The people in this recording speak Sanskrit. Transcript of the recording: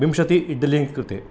विंशति इड्डलीं कृते